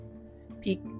speak